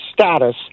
status